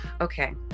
Okay